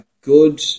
good